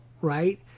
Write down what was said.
right